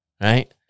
Right